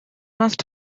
must